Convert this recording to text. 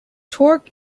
torque